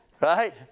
Right